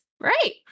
right